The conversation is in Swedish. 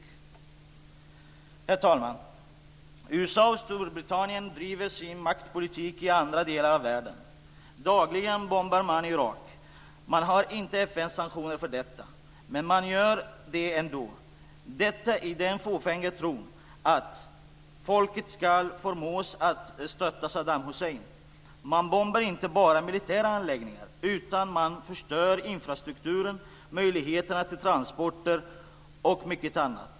Herr talman! USA och Storbritannien driver sin maktpolitik i andra delar av världen. Dagligen bombar man i Irak. Man har inte FN:s sanktioner för detta, men man gör det ändå - detta i den fåfänga tron att folket ska förmås att störta Saddam Hussein. Man bombar inte bara militära anläggningar, utan man förstör infrastrukturen, möjligheterna till transporter och mycket annat.